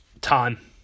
time